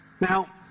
Now